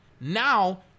Now